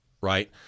right